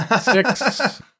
six